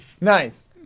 Nice